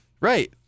Right